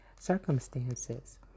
circumstances